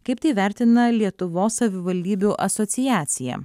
kaip tai vertina lietuvos savivaldybių asociacija